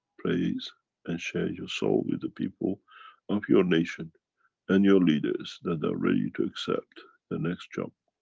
praise and share your soul with the people of your nation and your leaders that are ready to accept the next job.